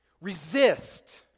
resist